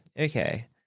Okay